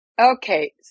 Okay